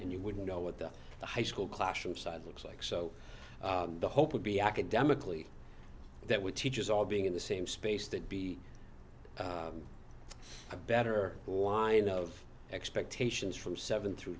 and you wouldn't know what the high school classroom side looks like so the hope would be academically that would teachers all being in the same space that be a better line of expectations from seven through